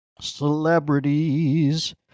celebrities